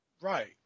right